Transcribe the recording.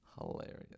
Hilarious